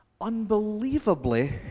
Unbelievably